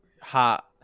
hot